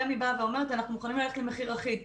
רמ"י באה ואומרת שהיא מוכנה ללכת למחיר אחיד.